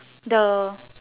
the